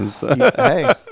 Hey